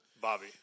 bobby